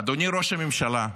אדוני ראש הממשלה,